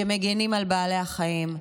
שמגינים על בעלי החיים.